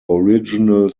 original